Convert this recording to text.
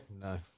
No